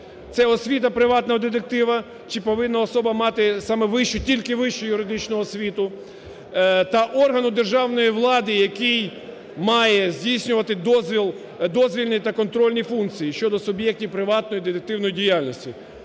Це освіта приватного детектива, чи повинна особа мати саме вищу, тільки вищу юридичну освіту; та органу державної влади, який має здійснювати дозвільні та контрольні функції щодо суб'єктів приватної детективної діяльності: